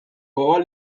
wall